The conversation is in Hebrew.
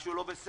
משהו לא בסדר.